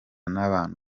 n’abantu